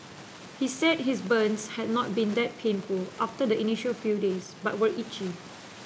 he said his burns had not been that painful after the initial few days but were itchy